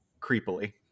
creepily